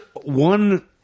one